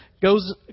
goes